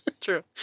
True